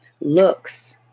looks